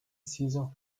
season